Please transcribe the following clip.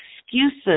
excuses